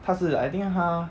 他是 I think 他